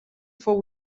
fou